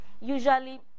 Usually